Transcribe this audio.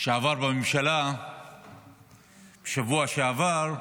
שעבר בממשלה בשבוע שעבר,